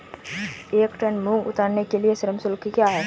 एक टन मूंग उतारने के लिए श्रम शुल्क क्या है?